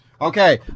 Okay